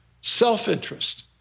Self-interest